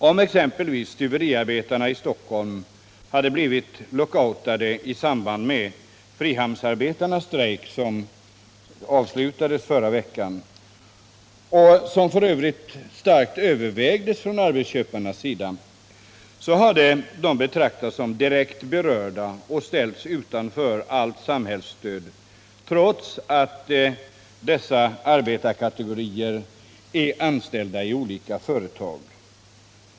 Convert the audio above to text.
Om exempelvis stuveriarbetarna i Stockholm blivit lockoutade i samband med frihamnsarbetarnas strejk, som avslutades i förra veckan — vilket för övrigt starkt övervägdes från arbetsköparnas sida — hade de betraktats som direkt berörda och ställts utanför allt samhällsstöd, trots att dessa arbetarkategorier är anställda i olika företag.